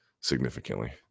significantly